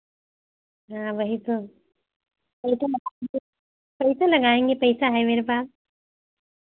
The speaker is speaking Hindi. हाँ वही तो फोटो पैसा लगाएंगे पैसा है मेरे पास